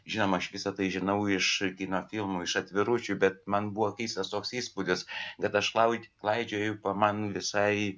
žinoma aš visa tai žinau iš kino filmų iš atviručių bet man buvo keistas toks įspūdis net aš klau klaidžioju po man visai